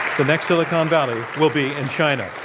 the next silicon valley will be in china.